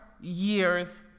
years